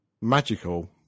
magical